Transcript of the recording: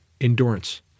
endurance